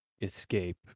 escape